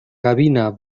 gavina